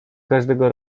każdego